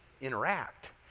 interact